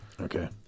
Okay